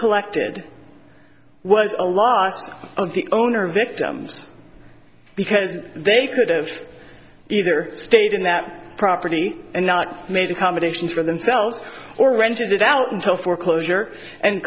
collected was a lost of the owner of this because they could've either stayed in that property and not made accommodations for themselves or rented it out until foreclosure and